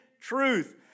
truth